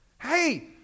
Hey